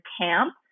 camp